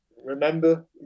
Remember